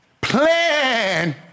Plan